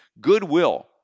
goodwill